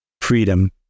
freedom